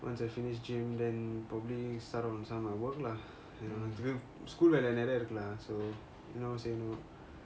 once I finish gym then probably start on some err work lah you know school has been like that lah you know same old